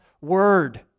word